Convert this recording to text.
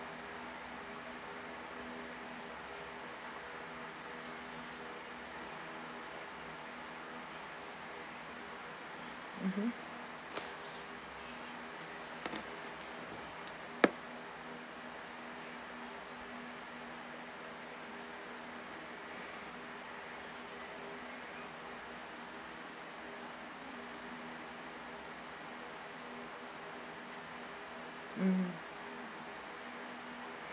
mmhmm mm